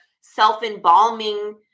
self-embalming